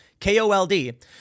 KOLD